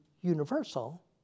universal